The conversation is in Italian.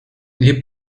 gli